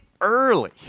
early